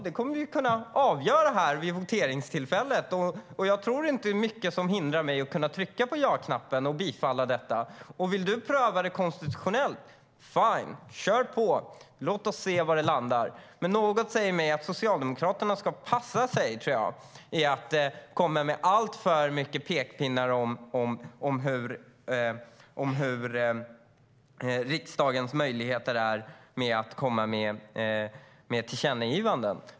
Det kommer vi att kunna avgöra här vid voteringstillfället. Jag tror inte att det är mycket som kan hindra mig från att trycka på ja-knappen. Vill Raimo Pärssinen pröva det konstitutionellt - fine, kör på! Låt oss se var det landar! Men något säger mig att Socialdemokraterna ska passa sig för att komma med alltför mycket pekpinnar om riksdagens möjligheter att komma med tillkännagivanden.